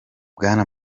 bwana